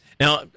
Now